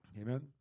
Amen